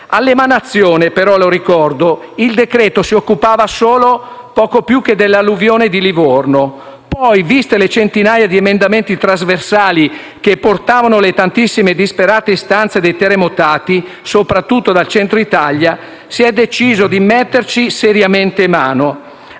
All'emanazione, però, lo ricordo, il decreto-legge si occupava solo poco più che dell'alluvione di Livorno. Poi, viste le centinaia di emendamenti trasversali che portavano le tantissime e disperate istanze dei terremotati, soprattutto dal Centro Italia, si è deciso di metterci seriamente mano.